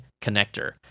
connector